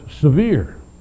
severe